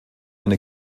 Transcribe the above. eine